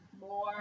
more